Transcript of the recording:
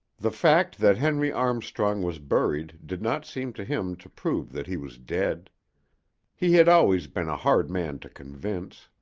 the fact that henry armstrong was buried did not seem to him to prove that he was dead he had always been a hard man to convince.